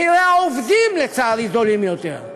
מחירי העסקת העובדים, לצערי, זולים יותר.